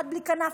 אחת בלי כנף,